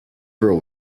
road